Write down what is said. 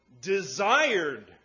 desired